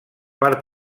part